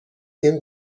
این